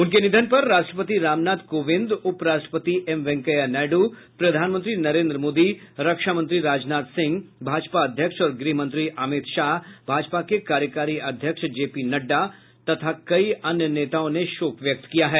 उनके निधन पर राष्ट्रपति रामनाथ कोविंद उप राष्ट्रपति एम वेंकैया नायडू प्रधानमंत्री नरेन्द्र मोदी रक्षा मंत्री राजनाथ सिंह भाजपा अध्यक्ष और गृह मंत्री अमित शाह भाजपा के कार्यकारी अध्यक्ष जेपी नड्डा तथा कई अन्य नेताओं ने शोक व्यक्त किया है